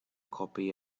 copy